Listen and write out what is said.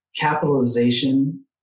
capitalization